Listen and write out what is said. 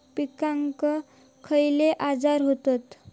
पिकांक खयले आजार व्हतत?